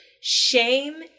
shame